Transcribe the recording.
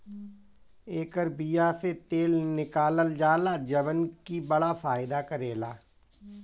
एकर बिया से तेल निकालल जाला जवन की बड़ा फायदा करेला